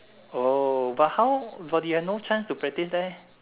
oh but how but you have no chance to practice leh